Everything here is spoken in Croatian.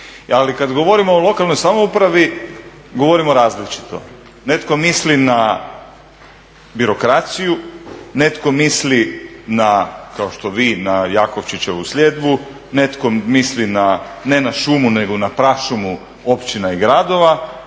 Ali kad govorimo o lokalnoj samoupravi govorimo različito, netko misli na birokraciju, netko misli na kao što vi na Jakovčićevu sljedbu, netko misli ne na šumu nego na prašumu općina i gradova,